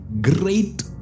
great